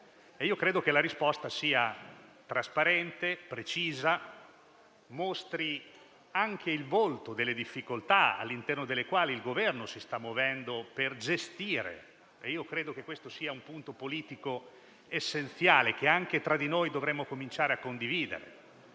Credo che la risposta sia trasparente e precisa e mostri anche il volto delle difficoltà all'interno delle quali il Governo si sta muovendo per gestire - e io credo che questo sia un punto politico essenziale che anche tra di noi dovremmo cominciare a condividere